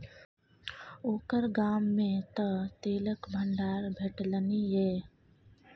ओकर गाममे तँ तेलक भंडार भेटलनि ये